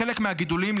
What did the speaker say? בחלק מהגידולים,